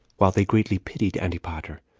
while they greatly pitied antipater,